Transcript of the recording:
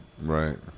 right